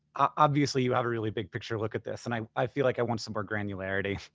obviously you have a really big picture look at this and i i feel like i want some more granularity.